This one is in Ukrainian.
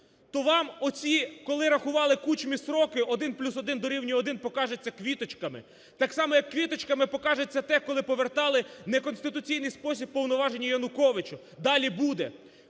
То вам оці, коли рахували Кучмі строки: 1+1 дорівнює 1, покажеться квіточками. Так само як квіточками покажеться те, коли повертали не в конституційний спосіб повноваження Януковичу. Далі буде.